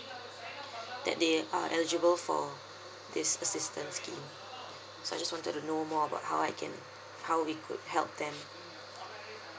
that they are eligible for this assistance scheme so I just wanted to know more about how I can how it could help them